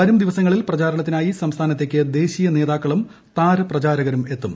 വരും ദിവസങ്ങളിൽ പ്രചാരണത്തിനായി സംസ്ഥാനത്തേക്ക് ദേശീയ നേതാക്കളും എത്തും